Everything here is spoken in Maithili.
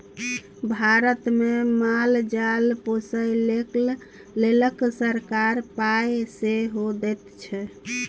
भारतमे माल जाल पोसय लेल सरकार पाय सेहो दैत छै